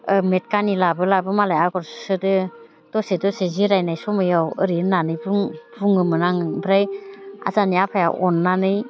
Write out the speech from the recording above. ओ मेट कानि लाबो लाबो मालाय आगर सुसोदों दसे दसे जिरायनाय समयाव एरैनो होननानै बुङोमोन आङो ओमफ्राय जोंहानि आफाया अननानै